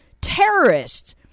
terrorists